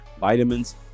vitamins